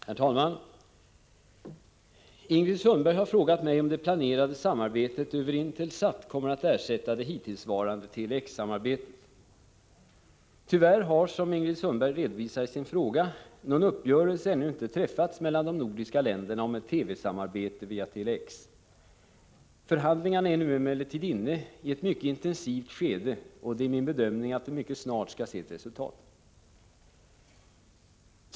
Herr talman! Ingrid Sundberg har frågat mig om det planerade samarbetet över Intelsat kommer att ersätta det hittillsvarande Tele-X-samarbetet. Tyvärr har, såsom Ingrid Sundberg redovisar i sin fråga, någon uppgörelse ännu inte träffats mellan de nordiska länderna om ett TV-samarbete via Tele-X. Förhandlingarna är nu emellertid inne i ett mycket intensivt skede, och det är min bedömning att vi mycket snart skall se ett resultat.